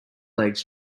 legs